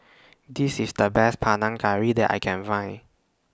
This IS The Best Panang Curry that I Can Find